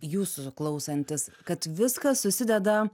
jūsų klausantis kad viskas susideda